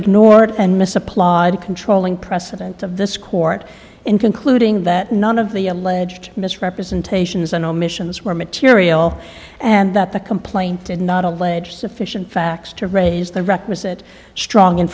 ignored and misapplied a controlling precedent of this court in concluding that none of the alleged misrepresentations and omissions were material and that the complaint did not allege sufficient facts to raise the requisite strong in